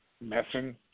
messing